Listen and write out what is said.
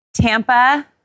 Tampa